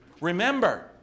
remember